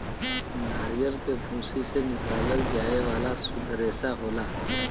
नरियल के भूसी से निकालल जाये वाला सुद्ध रेसा होला